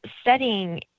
studying